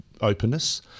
Openness